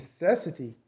necessity